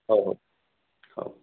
ହଉ ହଉ ହଉ